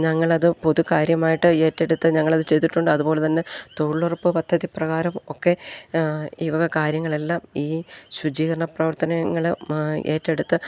ഞങ്ങളത് പൊതു കാര്യമായിട്ട് ഏറ്റെടുത്ത് ഞങ്ങളത് ചെയ്തിട്ടുണ്ട് അതു പോലെ തന്നെ തൊഴിലുറുപ്പ് പദ്ധതി പ്രകാരം ഒക്കെ ഇവക കാര്യങ്ങളെല്ലാം ഈ ശുചീകരണ പ്രവർത്തനങ്ങൾ ഏറ്റെടുത്ത്